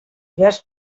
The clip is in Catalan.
figues